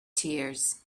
tears